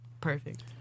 perfect